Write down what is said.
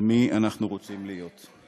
על מי אנחנו רוצים להיות.